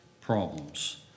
problems